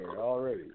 already